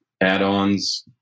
add-ons